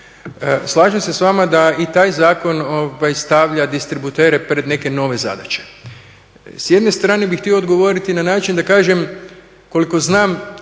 Slažem se sa vama da i taj zakon stavlja distributere pred neke nove zadaće. S jedne strane bih htio odgovoriti na način da kažem koliko znam